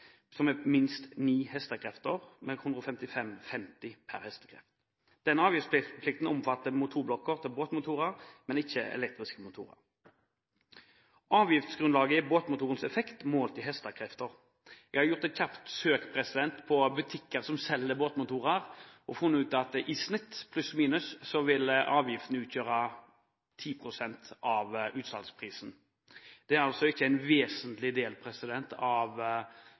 minst 9 hk med kr 155,50 per hk. Den avgiftsplikten omfatter også motorblokker til båtmotorer, men ikke elektriske motorer. Avgiftsgrunnlaget er båtmotorens effekt målt i hk. Jeg har gjort et kjapt søk i butikker som selger båtmotorer og funnet ut at i snitt, pluss/minus, vil avgiften utgjøre 10. pst. av utsalgsprisen. Det er altså ikke en vesentlig del av